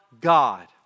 God